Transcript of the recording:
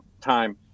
time